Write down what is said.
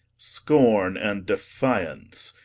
scorne and defiance,